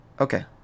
Okay